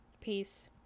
peace